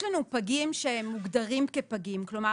יש פגים שהם מוגדרים כפגים, כלומר